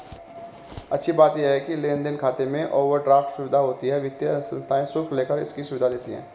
अच्छी बात ये है लेन देन खाते में ओवरड्राफ्ट सुविधा होती है वित्तीय संस्थाएं शुल्क लेकर इसकी सुविधा देती है